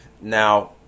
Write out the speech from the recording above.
Now